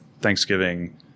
Thanksgiving